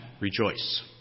Rejoice